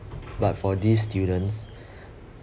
but for these students